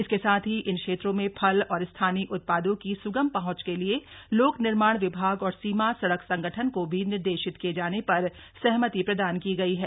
इसके साथ ही इन क्षेत्रों में फल और स्थानीय उत्पादों की सुगम पहॅच के लिए लोक निर्माण विभाग और सीमा सड़क संगठन को भी निर्देशित किये जाने पर सहमति प्रदान की गई है